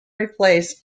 replaced